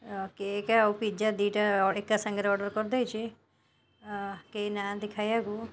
ହଁ କେକ୍ ଆଉ ପିଜ୍ଜା ଦୁଇଟା ଏକା ସାଙ୍ଗରେ ଅର୍ଡ଼ର କରିଦେଇଛି କେହିନାହାଁନ୍ତି ଖାଇବାକୁ